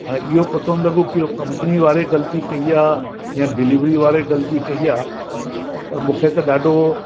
हाणे इहो पतो न लॻो कि उहो कंपनी वारे ग़लती कई आहे या डिलीवरी वारे ग़लती कई आहे पर मूंखे त ॾाढो